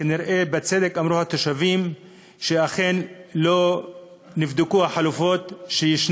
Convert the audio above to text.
כנראה בצדק אמרו התושבים שלא נבדקו החלופות שיש,